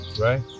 Right